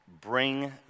bring